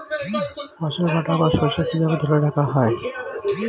ফসল কাটার পর শস্য কিভাবে ধরে রাখা য়ায়?